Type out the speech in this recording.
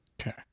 Okay